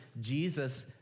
Jesus